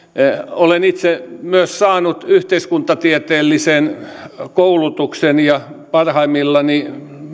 olen itse myös saanut yhteiskuntatieteellisen koulutuksen ja parhaimmillani